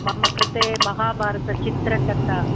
मम कृते महाभारतचित्रकथा